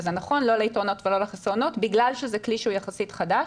וזה נכון לא ליתרונות ולא לחסרונות בגלל שזה כלי שהוא יחסית חדש.